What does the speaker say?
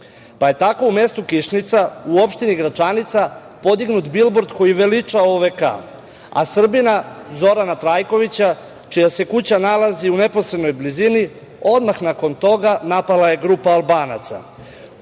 pa je tako u mestu Kišnica u opštini Gračanica podignut bilbord koji veliča OVK, a Srbina Zorana Trajkovića, čija se kuća nalazi u neposrednoj blizini odmah nakon toga napala je grupa Albanaca.